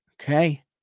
okay